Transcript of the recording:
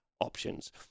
options